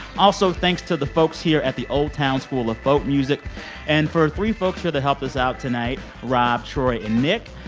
also thanks to the folks here at the old town school of folk music and for three folks here to help us out tonight rob, troy and nick.